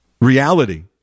reality